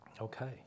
Okay